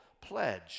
pledge